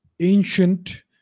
ancient